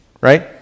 Right